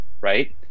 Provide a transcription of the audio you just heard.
right